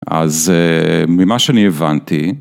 אז ממה שאני הבנתי.